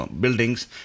buildings